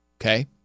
Okay